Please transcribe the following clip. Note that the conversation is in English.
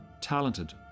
talented